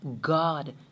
God